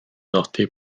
nodi